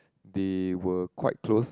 they were quite close